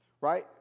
Right